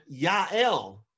Yael